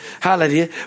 Hallelujah